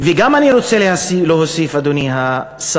וגם אני רוצה להוסיף, אדוני השר,